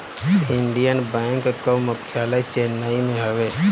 Indian bank कअ मुख्यालय चेन्नई में हवे